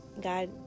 God